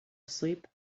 asleep